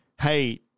Hey